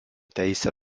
teisę